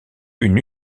une